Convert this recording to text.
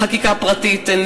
חקיקה פרטית.